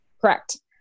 Correct